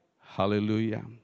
Hallelujah